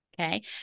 Okay